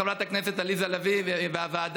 חברת הכנסת עליזה לביא והוועדה,